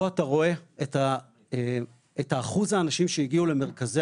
פה אתה רואה את אחוז האנשים שהגיעו למרכזי